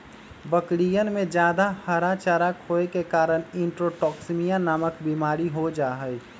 बकरियन में जादा हरा चारा खाये के कारण इंट्रोटॉक्सिमिया नामक बिमारी हो जाहई